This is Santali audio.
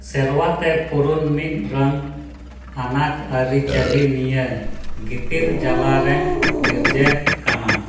ᱥᱮᱨᱣᱟ ᱛᱮ ᱯᱩᱨᱚᱱ ᱢᱤᱫ ᱨᱟᱱ ᱟᱱᱟᱜ ᱟᱹᱨᱤᱪᱟᱹᱞᱤ ᱱᱤᱭᱮ ᱜᱤᱛᱤᱞ ᱡᱟᱞᱟᱨᱮᱧ ᱵᱤᱨᱡᱟᱹᱜ ᱠᱟᱱᱟ